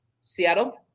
Seattle